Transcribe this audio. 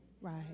Right